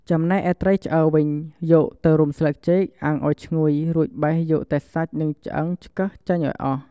ចំណែកឯត្រីឆ្អើរវិញ យកទៅរុំស្លឹកចេកអាំងឱ្យឈ្ងុយ រួចបេះយកតែសាច់និងឆ្កឹះឆ្អឹងចេញឱ្យអស់។